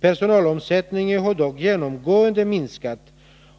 Personalomsättningen har dock genomgående minskat,